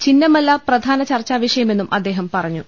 ചിഹ്നമല്ല പ്രധാന ചർച്ചാ വിഷയമെന്നും അദ്ദേഹം പറഞ്ഞു